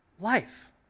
life